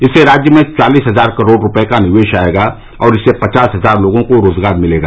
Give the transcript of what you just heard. इससे राज्य में चालीस हजार करोड़ रूपये का निवेश आयेगा और इससे पचास हजार लोगों को रोजगार मिलेगा